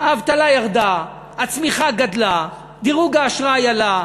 האבטלה ירדה, הצמיחה גדלה, דירוג האשראי עלה,